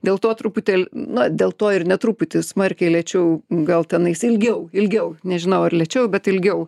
dėl to truputėl na dėl to ir ne truputį smarkiai lėčiau gal tenais ilgiau ilgiau nežinau ar lėčiau bet ilgiau